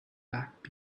back